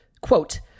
quote